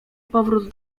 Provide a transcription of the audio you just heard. powrót